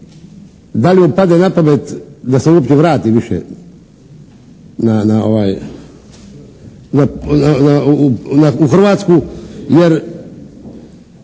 da li mu padne na pamet da se uopće vrati više na u Hrvatsku